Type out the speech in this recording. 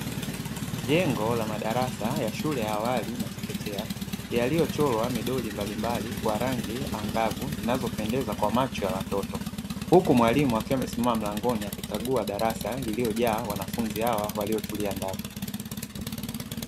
Jengo la madarasa ya shule ya awali na chekechea, yaliyochorwa midori mbalimbali kwa rangi angavu zinazopendeza kwa macho ya watoto. Huku mwalimu akiwa amesimama mlangoni akikagua darasa lililojaa wanafunzi hawa waliotulia ndani.